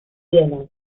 viena